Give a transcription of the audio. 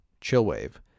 chill-wave